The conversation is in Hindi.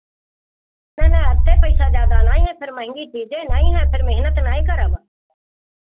नहीं नहीं अत्ते पैसा ज़्यादा नहीं है फिर महंगी चीज़ें नहीं है फिर मेहनत नहीं करब